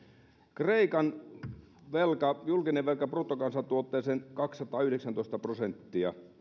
kreikan julkinen velka bruttokansantuotteeseen nähden kaksisataayhdeksäntoista prosenttia